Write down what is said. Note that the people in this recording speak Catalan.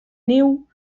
niu